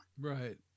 Right